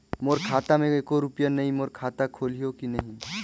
मोर खाता मे एको रुपिया नइ, मोर खाता खोलिहो की नहीं?